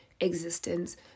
existence